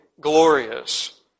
glorious